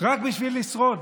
רק בשביל לשרוד,